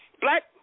black